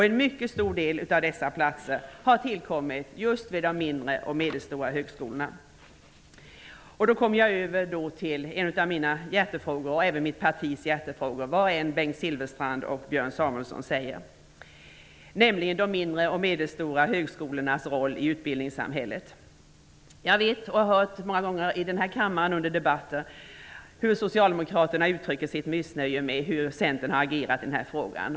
En mycket stor del av dessa platser har tillkommit just vid de mindre och medelstora högskolorna. Jag kommer då in på en av mina och mitt partis hjärtefrågor, vad än Bengt Silfverstrand och Björn Samuelson säger, nämligen de mindre och medelstora högskolornas roll i utbildningssamhället. Jag har många gångar hört i denna kammare hur socialdemokraterna uttrycker sitt missnöje med hur Centern har agerat i denna fråga.